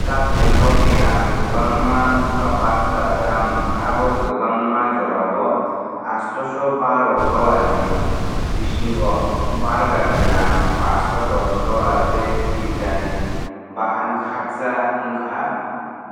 Chathainok ni rang kwbangma wngkha pasta chamung abo kwbangma jorao astoso baroh dollar ni bisingo burger ni rang passo dos dollar tei pizza ni bahan kakcha wngkha